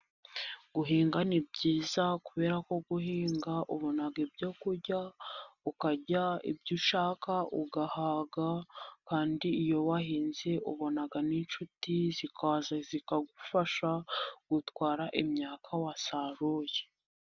Guhinga ni byiza kubera ko guhinga ubonaga ibyo kurya, ukarya ibyo ushaka ugahaga, kandi iyo wahinze ubona n'inshuti, zikaza zikagufasha gutwara imyaka wasaruye.